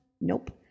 Nope